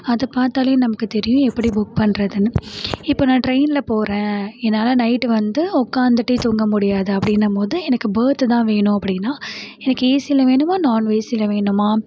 அது பார்த்தாலே நமக்கு தெரியும் எப்படி புக் பண்ணுறதுனு இப்போ நான் ட்ரெய்ன்ல போகிறேன் என்னால் நைட்டு வந்து உக்காந்துட்டே தூங்க முடியாது அப்படின்னம்போது எனக்கு பேர்த்து தான் வேணும் அப்படினா எனக்கு ஏசில வேணுமா நாண்ஏசில வேணுமா